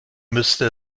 müsste